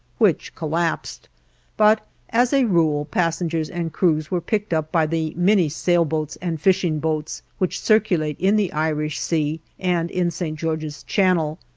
which collapsed but as a rule passengers and crews were picked up by the many sailboats and fishing boats which circulate in the irish sea and in st. george's channel,